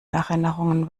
erinnerungen